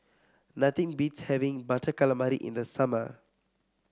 nothing beats having Butter Calamari in the summer